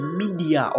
media